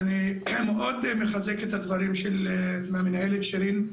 אני מחזק את הדברים של המנהלת שירין,